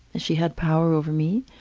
she had power over me.